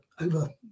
over